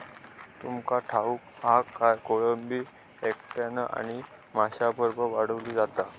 तुमका ठाऊक हा काय, कोळंबी एकट्यानं आणि माशांबरोबर वाढवली जाता